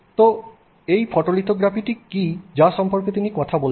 তো এই ফটোলিথোগ্রাফিটি কী যা সম্পর্কে তিনি কথা বলছেন